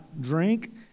drink